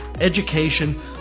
education